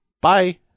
Bye